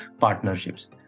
partnerships